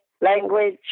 Language